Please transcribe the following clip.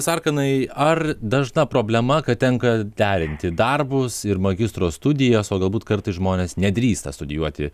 sarkanai ar dažna problema kad tenka derinti darbus ir magistro studijas o galbūt kartais žmonės nedrįsta studijuoti